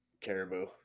Caribou